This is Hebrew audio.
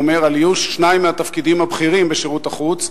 איוש שניים מהתפקידים הבכירים בשירות החוץ,